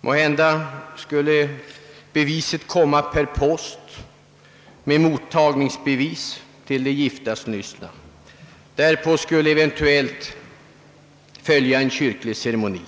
Måhända skulle lysnpingsbeviset sändas per post med mottagningsbevis till de giftaslystna. Därpå skulle eventuellt följa en kyrklig ceremoni.